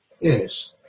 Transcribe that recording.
Yes